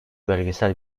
bölgesel